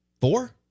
four